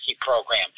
program